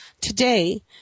Today